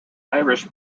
irish